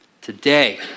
Today